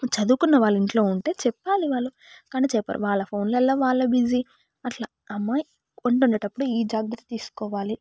చదువుకున్న వాళ్ళు ఇంట్లో ఉంటే చెప్పాలి వాళ్ళు కానీ చెప్పరు వాళ్ళ ఫోన్ లలో వాళ్ళు బిజీ అట్లా అమ్మా ఈ వంట వండేటప్పుడు ఈ జాగ్రత్త తీసుకోవాలి